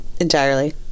entirely